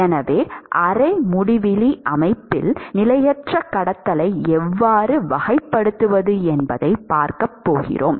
எனவே அரை முடிவிலி அமைப்பில் நிலையற்ற கடத்தலை எவ்வாறு வகைப்படுத்துவது என்பதைப் பார்க்கப் போகிறோம்